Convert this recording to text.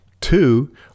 Two